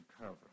cover